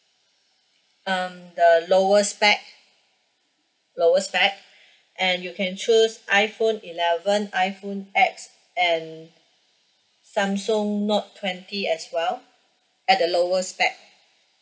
um the lowest spec lowest spec and you can choose iphone eleven iphone X and samsung note wently as well at the lower spec